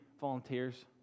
volunteers